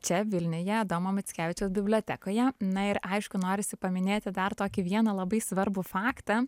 čia vilniuje adomo mickevičiaus bibliotekoje na ir aišku norisi paminėti dar tokį vieną labai svarbų faktą